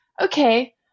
okay